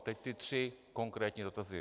Teď ty tři konkrétní dotazy.